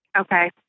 Okay